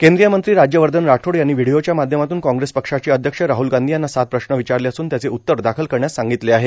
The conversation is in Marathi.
केंद्रीय मंत्री राज्यवर्धन राठोड यांनी व्हीडीओच्या माध्यमातून कांग्रेस पक्षाचे अध्यक्ष राहल गांधी यांना सात प्रश्न विचारले असून त्याचे उत्तर दाखल करण्यास सांगितले आहे